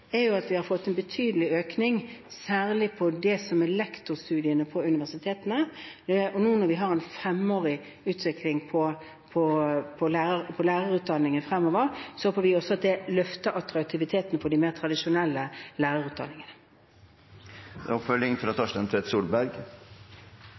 er at vi har fått en betydelig økning særlig på lektorstudiene på universitetene. Og når vi nå får en femårig lærerutdanning, håper vi også at det løfter attraktiviteten til de mer tradisjonelle lærerutdanningene.